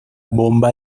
bomba